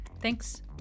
Thanks